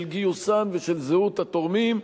של גיוסן ושל זהות התורמים,